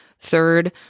Third